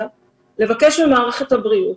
למה לא לבקש ממערכת הבריאות